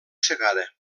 cegada